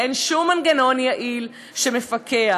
ואין שום מנגנון יעיל שמפקח,